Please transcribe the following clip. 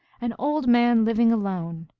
an old man, living alone,